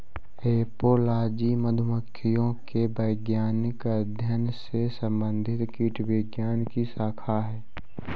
apiology मधुमक्खियों के वैज्ञानिक अध्ययन से संबंधित कीटविज्ञान की शाखा है